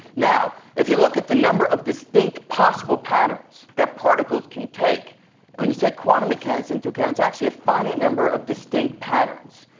now, if you look at the number of distinct possible patterns that particles can take, and when you take quantum mechanics into account it's actually a finite number of distinct patterns.